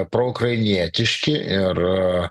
proukrainietiški ir